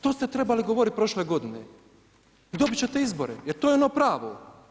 To ste trebali govoriti prošle godine i dobit ćete izbore jer to je ono pravo.